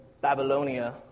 Babylonia